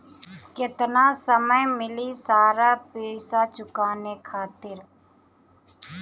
केतना समय मिली सारा पेईसा चुकाने खातिर?